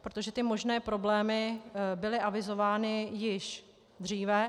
Protože ty možné problémy byly avizovány již dříve.